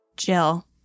Jill